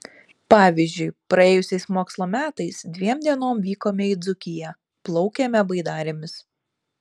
pavyzdžiui praėjusiais mokslo metais dviem dienom vykome į dzūkiją plaukėme baidarėmis